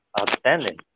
outstanding